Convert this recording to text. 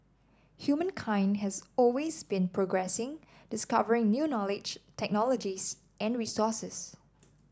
humankind has always been progressing discovering new knowledge technologies and resources